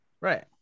right